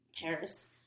Paris